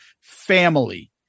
family